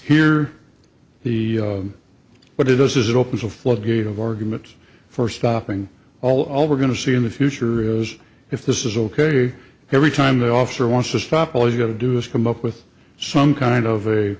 here the what it does is it opens a floodgate of arguments for stopping all we're going to see in the future is if this is ok every time the officer wants to stop all he's got to do is come up with some kind of a